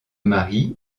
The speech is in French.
marient